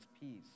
peace